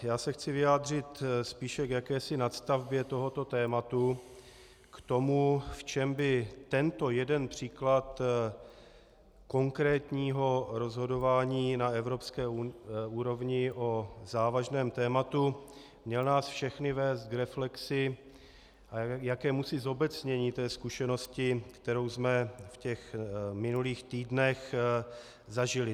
Já se chci vyjádřit spíše k jakési nadstavbě tohoto tématu, k tomu, v čem by tento jeden příklad konkrétního rozhodování na evropské úrovni o závažném tématu měl nás všechny vést k reflexi a jakémusi zobecnění zkušenosti, kterou jsme v minulých týdnech zažili.